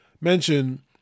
mention